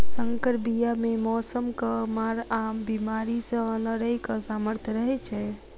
सँकर बीया मे मौसमक मार आ बेमारी सँ लड़ैक सामर्थ रहै छै